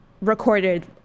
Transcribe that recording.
recorded